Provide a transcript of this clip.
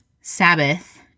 Sabbath